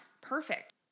perfect